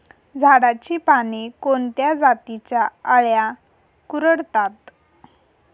झाडाची पाने कोणत्या जातीच्या अळ्या कुरडतात?